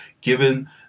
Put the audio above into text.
given